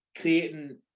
creating